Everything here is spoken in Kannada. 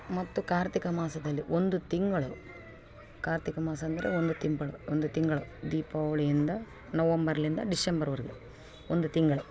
ಮತ್ತು ಕಾರ್ತಿಕ ಮಾಸದಲ್ಲಿ ಒಂದು ತಿಂಗಳು ಕಾರ್ತಿಕ ಮಾಸ ಅಂದರೆ ಒಂದು ತಿಂಗಳು ಒಂದು ತಿಂಗಳು ದೀಪಾವಳಿಯಿಂದ ನವಂಬರ್ನಿಂದ ಡಿಸೆಂಬರ್ವರೆಗು ಒಂದು ತಿಂಗಳು